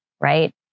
right